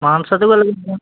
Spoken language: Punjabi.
ਮਾਨਸਾ ਤੋਂ ਗੱਲ ਕਰਦੇ ਹੋ